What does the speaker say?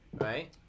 right